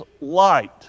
light